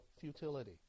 futility